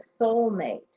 soulmate